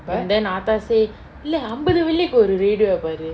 and then atha say இல்ல அம்பது வெள்ளிக்கு ஒரு:illa ambathu velliku oru radio வ பாரு:va paaru